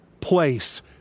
place